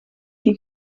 die